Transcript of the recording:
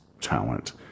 talent